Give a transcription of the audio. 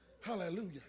Hallelujah